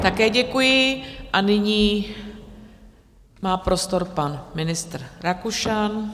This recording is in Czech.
Také děkuji a nyní má prostor pan ministr Rakušan.